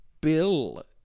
Bill